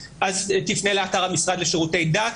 תפנה לאתר המשרד לשירותי הדת,